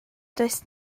does